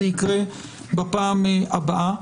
זה יקרה בפעם הבאה.